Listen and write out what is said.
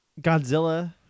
Godzilla